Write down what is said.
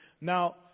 Now